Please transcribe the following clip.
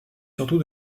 surtout